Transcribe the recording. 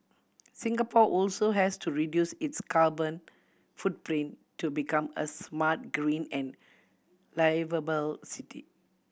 Singapore also has to reduce its carbon footprint to become a smart green and liveable city